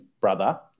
brother